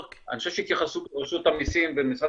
אני חושב שהתייחסות רשות המסים ומשרד